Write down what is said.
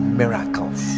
miracles